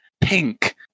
pink